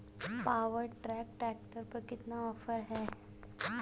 Power track tractor पर कितना offer है?